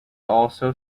also